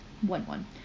One-one